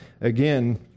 again